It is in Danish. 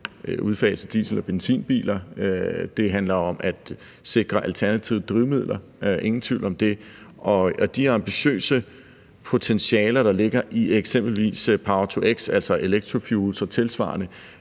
udfase diesel- og benzinbiler, dels om at sikre alternative drivmidler – ingen tvivl om det – og de ambitiøse potentialer, der ligger i eksempelvis power-to-x, altså elektrofuels og tilsvarende,